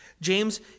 James